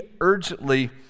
urgently